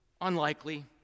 Unlikely